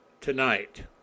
Tonight